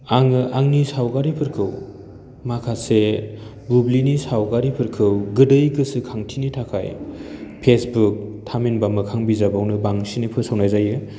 आङो आंनि सावगारिफोरखौ माखासे बुब्लिनि सावगारिफोरखौ गोदै गोसोखांथिनि थाखाय फेसबुक थामहिनबा मोखां बिजाबावनो बांसिन फोसावनाय जायो